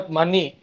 money